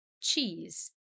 cheese